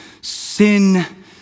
sin